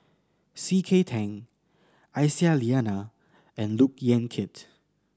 C K Tang Aisyah Lyana and Look Yan Kit